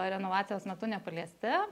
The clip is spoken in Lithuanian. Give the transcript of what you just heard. renovacijos metu nepaliesti